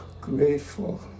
grateful